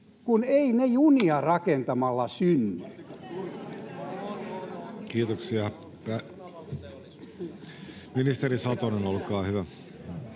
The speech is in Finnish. kun eivät ne junia rakentamalla synny? Kiitoksia. — Ministeri Satonen, olkaa hyvä.